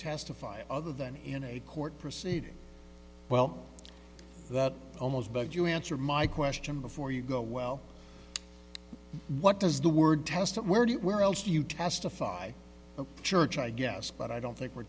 testify other than in a court proceeding well that almost bugs you answer my question before you go well what does the word test where do you where else do you testify church i guess but i don't think we're